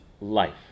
life